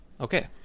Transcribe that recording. Okay